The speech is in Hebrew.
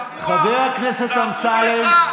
ברשותך.